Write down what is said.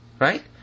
Right